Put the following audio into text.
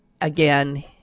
again